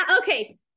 Okay